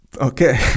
Okay